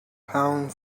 pound